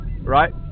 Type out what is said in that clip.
right